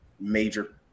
major